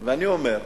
אני אומר,